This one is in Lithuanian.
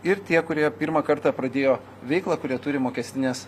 ir tie kurie pirmą kartą pradėjo veiklą kurie turi mokestines